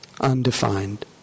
Undefined